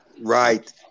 Right